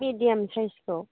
medium साइजखौ